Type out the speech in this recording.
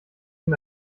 ihm